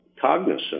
cognizant